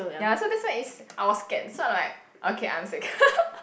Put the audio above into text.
ya so that's why it's I was scared so I'm like okay I'm sick